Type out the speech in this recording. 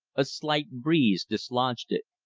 a slight breeze dislodged it.